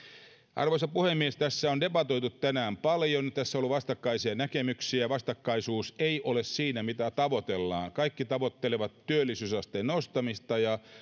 arvoisa puhemies tästä on debatoitu tänään paljon tässä on ollut vastakkaisia näkemyksiä vastakkaisuutta ei ole siinä mitä tavoitellaan kaikki tavoittelevat työllisyysasteen nostamista ja